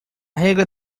regra